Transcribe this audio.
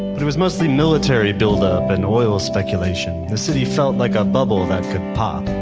but it was mostly military buildup and oil speculation. the city felt like a bubble that could pop.